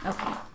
Okay